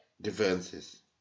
differences